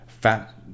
Fat